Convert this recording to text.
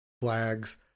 flags